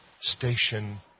station